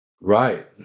Right